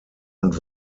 und